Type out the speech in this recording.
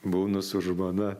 būnu su žmona